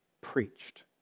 preached